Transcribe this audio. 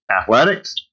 athletics